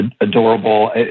adorable